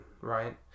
right